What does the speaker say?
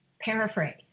paraphrase